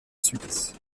suite